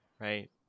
right